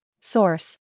Source